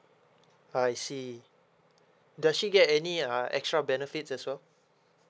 I see does she get any uh extra benefits as well